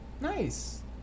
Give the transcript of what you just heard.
nice